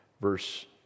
Verse